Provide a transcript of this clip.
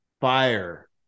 fire